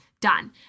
done